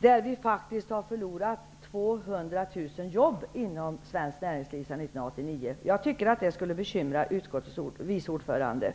där vi faktiskt har förlorat 200 000 jobb inom svenskt näringsliv sedan 1989. Jag tycker att det skulle bekymra utskottets vice ordförande.